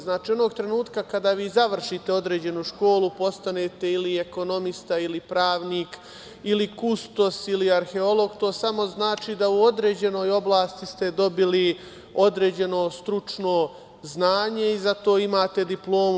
Znači, onog trenutka kada vi završite određenu školu, postanete ili ekonomista ili pravnik ili kustos ili arheolog, to samo znači da u određenoj oblasti ste dobili određeno stručno znanje i za to imate diplomu.